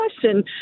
question